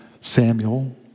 Samuel